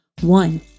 one